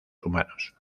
humanos